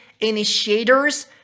initiators